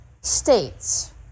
states